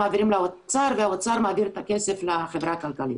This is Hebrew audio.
מעבירים לאוצר והאוצר מעביר את הכסף לחברה הכלכלית.